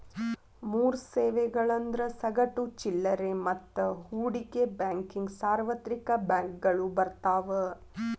ಮೂರ್ ಸೇವೆಗಳಂದ್ರ ಸಗಟು ಚಿಲ್ಲರೆ ಮತ್ತ ಹೂಡಿಕೆ ಬ್ಯಾಂಕಿಂಗ್ ಸಾರ್ವತ್ರಿಕ ಬ್ಯಾಂಕಗಳು ಬರ್ತಾವ